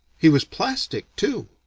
he was plastic, too.